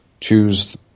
choose